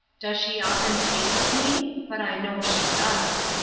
does she often speak of me but i know she does.